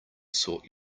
sort